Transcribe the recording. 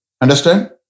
Understand